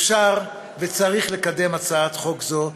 אפשר וצריך לקדם את הצעת החוק הזו,